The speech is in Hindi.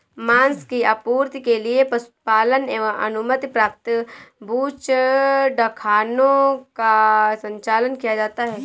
माँस की आपूर्ति के लिए पशुपालन एवं अनुमति प्राप्त बूचड़खानों का संचालन किया जाता है